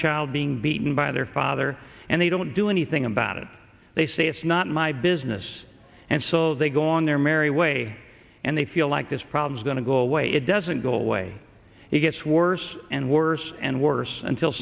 child being beaten by their father and they don't do anything about it they say it's not my business and so they go on their merry way and they feel like this problem is going to go away it doesn't go away it gets worse and worse and worse until